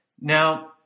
Now